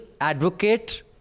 advocate